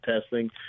testing